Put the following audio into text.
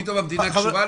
פתאום המדינה קשורה לזה?